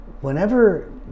whenever